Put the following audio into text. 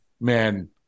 man